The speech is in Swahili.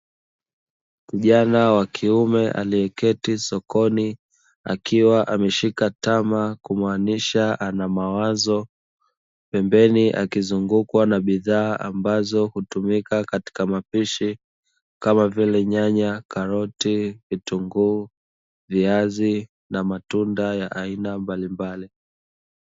Kijana wa kiume aliyeketi sokoni akiwa ameshika tama kumaanisha ana mawazo. Pembeni akizungukwa na bidhaa ambazo hutumika katika mapishi, kama vile: Nyanya, karoti, vitunguu, viazi na matunda ya aina mbalimbali.